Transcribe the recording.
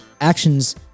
Actions